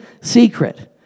secret